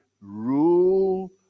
rule